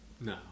No